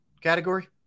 category